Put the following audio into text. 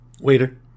Waiter